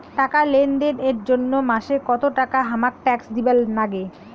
টাকা লেনদেন এর জইন্যে মাসে কত টাকা হামাক ট্যাক্স দিবার নাগে?